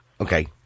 Okay